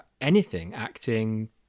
anything—acting